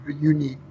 unique